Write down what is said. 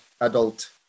adult